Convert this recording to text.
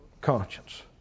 conscience